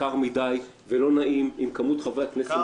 וקר מדי ולא נעים עם כמות חברי הכנסת.